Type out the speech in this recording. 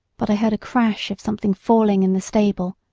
but i heard a crash of something falling in the stable,